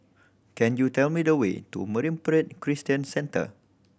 can you tell me the way to Marine Parade Christian Centre